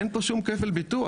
אין פה שום כפל ביטוח.